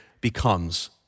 becomes